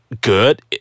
good